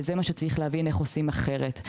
צריך להבין איך עושים זאת אחרת.